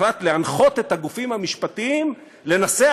הוחלט להנחות את הגופים המשפטיים לנסח